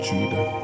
Judah